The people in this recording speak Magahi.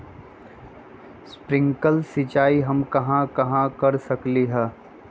स्प्रिंकल सिंचाई हम कहाँ कहाँ कर सकली ह?